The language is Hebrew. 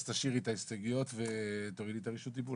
אז תשאירי את ההסתייגויות ותורידי את רשות הדיבור,